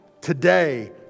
today